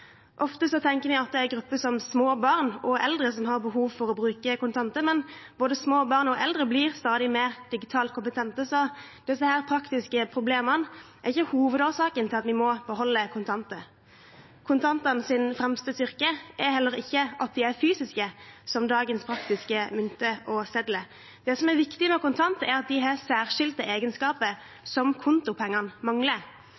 Ofte tenker vi at det er en gruppe, som små barn og eldre, som har behov for å bruke kontanter, men både små barn og eldre blir stadig mer digitalt kompetente, så disse praktiske problemene er ikke hovedårsaken til at vi må beholde kontanter. Kontantenes fremste styrke er heller ikke at de er fysiske, som dagens praktiske mynter og sedler. Det som er viktig med kontanter, er at de har særskilte egenskaper som kontopengene mangler.